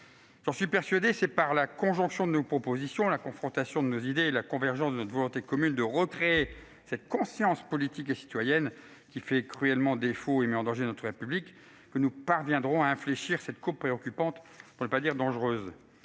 J'en suis persuadé, c'est par la conjonction de nos propositions, la confrontation de nos idées et la convergence de notre volonté commune de recréer cette conscience politique et citoyenne, qui fait cruellement défaut et met en danger notre République, que nous parviendrons à infléchir cette courbe préoccupante, pour ne pas dire dangereuse.